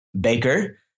Baker